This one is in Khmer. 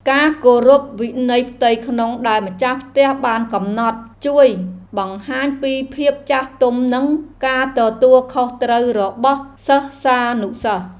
ការគោរពវិន័យផ្ទៃក្នុងដែលម្ចាស់ផ្ទះបានកំណត់ ជួយបង្ហាញពីភាពចាស់ទុំនិងការទទួលខុសត្រូវរបស់សិស្សានុសិស្ស។